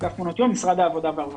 אגף מעונות יום, משרד העבודה והרווחה.